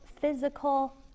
physical